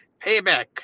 Payback